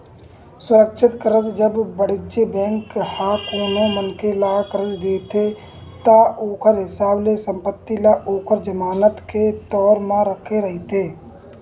सुरक्छित करज, जब वाणिज्य बेंक ह कोनो मनखे ल करज देथे ता ओखर हिसाब ले संपत्ति ल ओखर जमानत के तौर म रखे रहिथे